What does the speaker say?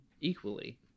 equally